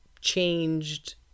changed